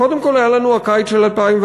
קודם כול היה לנו הקיץ של 2011,